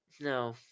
No